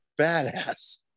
badass